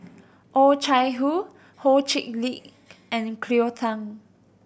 Oh Chai Hoo Ho Chee Lick and Cleo Thang